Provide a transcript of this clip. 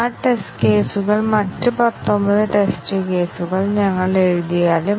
അതിനാൽ b നേക്കാൾ വലുതായിട്ടുള്ള a ന്റെ ഏത് മൂല്യത്തിനും നമുക്ക് സ്റ്റേറ്റ്മെന്റ് കവറേജ് ഉണ്ടായിരിക്കും